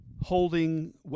holding